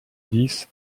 dix